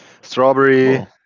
strawberry